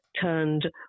turned